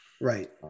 right